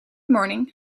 morning